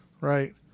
right